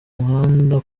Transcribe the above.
muhanda